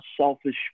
selfish